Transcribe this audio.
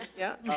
yeah.